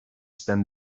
spent